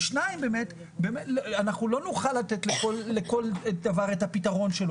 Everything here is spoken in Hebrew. שנית, אנחנו לא נוכל לתת לכל דבר את הפתרון שלו.